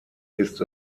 ist